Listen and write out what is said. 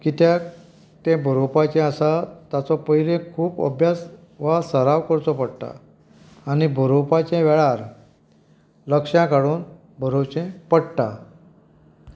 किद्याक तें बरोपाचें आसा ताचो पयलीं खूब अभ्यास वा सराव करचो पडटा आनी बरोपाच्या वेळार लक्षां हाडून बरवचें पडटा